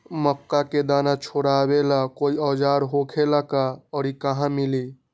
मक्का के दाना छोराबेला कोई औजार होखेला का और इ कहा मिली?